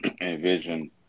envision